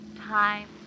Time